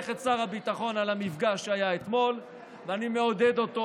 את שר הביטחון על המפגש שהיה אתמול ואני מעודד אותו